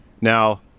Now